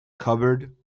covered